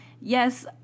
Yes